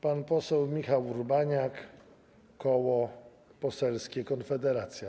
Pan poseł Michał Urbaniak, Koło Poselskie Konfederacja.